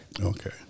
Okay